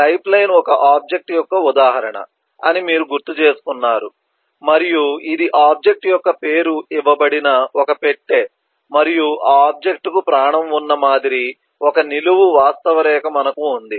lifeline ఒక object యొక్క ఉదాహరణ అని మీరు గుర్తుచేసుకున్నారు మరియు ఇది ఆబ్జెక్ట్ యొక్క పేరు ఇవ్వబడిన ఒక పెట్టె మరియు ఆ ఆబ్జెక్ట్ కు ప్రాణం ఉన్న మాదిరి ఒక నిలువు వాస్తవ రేఖ మనకు ఉంది